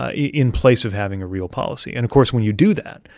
ah in place of having a real policy. and of course, when you do that,